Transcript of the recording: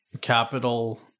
capital